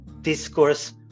discourse